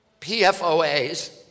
PFOAs